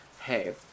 Hey